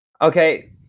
Okay